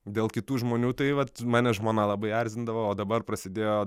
dėl kitų žmonių tai vat mane žmona labai erzindavo o dabar prasidėjo